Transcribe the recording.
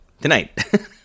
tonight